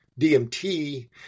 dmt